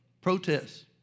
protests